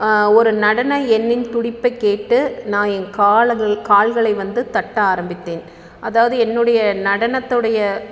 ஒரு நடனம் எண்ணின் துடிப்பை கேட்டு நான் என் கால்கள் கால்களை வந்து தட்ட ஆரம்பித்தேன் அதாவது என்னுடைய நடனத்தோடைய